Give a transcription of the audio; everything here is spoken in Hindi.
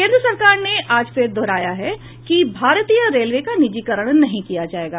केन्द्र सरकार ने आज फिर दोहराया है कि भारतीय रेलवे का निजीकरण नहीं किया जायेगा